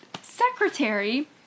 secretary